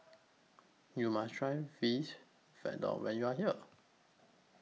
YOU must Try when YOU Are here